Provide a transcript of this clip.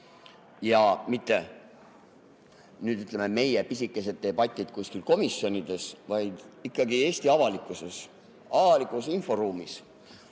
ja mitte, ütleme, meie pisikestel debattidel kuskil komisjonides, vaid ikkagi Eesti avalikkuses, avalikus inforuumis.